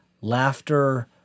laughter